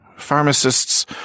Pharmacists